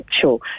sure